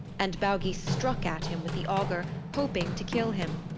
and baugi struck at him with the auger, hoping to kill him,